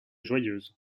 joyeuse